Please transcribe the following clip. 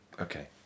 Okay